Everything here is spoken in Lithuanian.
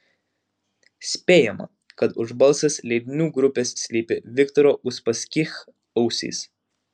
spėjama kad už balsas leidinių grupės slypi viktoro uspaskich ausys